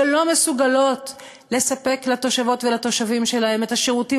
שלא מסוגלות לספק לתושבות ולתושבים שלהן את השירותים